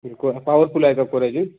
बिलकुल हां पावरफुल आहे का कोरॅजिन